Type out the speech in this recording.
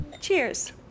Cheers